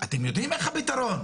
אתם יודעים איך הפתרון,